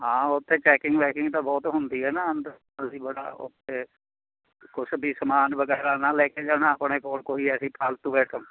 ਹਾਂ ਉੱਥੇ ਚੈਕਿੰਗ ਬੈਕਿਗ ਤਾਂ ਬਹੁਤ ਹੁੰਦੀ ਆ ਨਾ ਅੰਦਰ ਅਸੀਂ ਬੜਾ ਉੱਥੇ ਕੁਛ ਵੀ ਸਮਾਨ ਵਗੈਰਾ ਨਾ ਲੈ ਕੇ ਜਾਣਾ ਆਪਣੇ ਕੋਲ ਕੋਈ ਐਸੀ ਫਾਲਤੂ